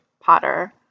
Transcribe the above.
Potter